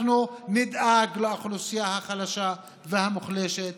אנחנו נדאג לאוכלוסייה החלשה והמוחלשת,